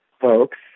folks